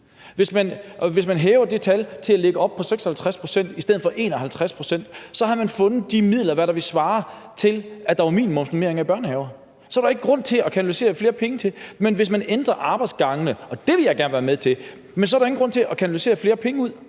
hvis man hæver det tal til at ligge oppe på 56 pct. i stedet for på 51 pct., har man fundet de midler, altså hvad der ville svare til, at der var minimumsnormeringer i børnehaver. Så var der jo ingen grund til at kanalisere flere penge til det. Men hvis man ændrer arbejdsgangene – og det vil jeg gerne være med til – er der jo ingen grund til at kanalisere flere penge ud.